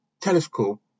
telescope